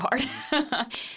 hard